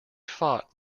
fought